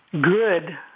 good